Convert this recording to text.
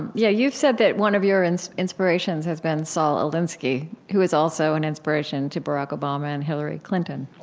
yeah you've said that one of your and inspirations has been saul alinsky, who is also an inspiration to barack obama and hillary clinton